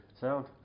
Sound